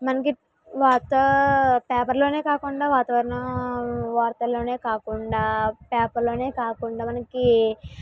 మనకు వార్తా పేపర్లోనే కాకుండా వాతావరణం వార్తలలోనే కాకుండా పేపర్లోనే కాకుండా మనకు